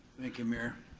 thank you, mayor.